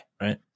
right